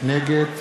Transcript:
נגד